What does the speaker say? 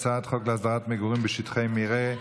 הצעת חוק להסדרת מגורים בשטחי מרעה.